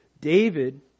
David